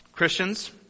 Christians